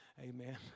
Amen